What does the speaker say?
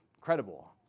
credible